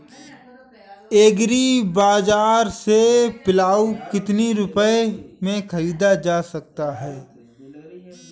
Agree बाजार से पिलाऊ कितनी रुपये में ख़रीदा जा सकता है?